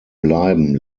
bleiben